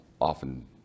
often